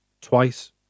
twice